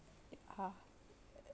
ha